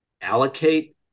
allocate